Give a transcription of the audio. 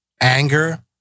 anger